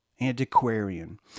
antiquarian